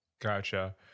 gotcha